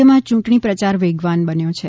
રાજ્યમાં ચૂંટણી પ્રચાર વેગવાન બન્યો છે